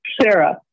Sarah